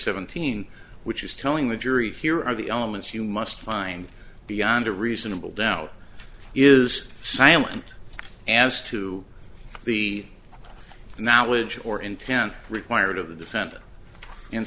seventeen which is telling the jury here are the elements you must find beyond a reasonable doubt is silent as to the now which or intent required of the defendant and